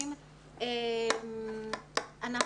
שלום.